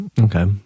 okay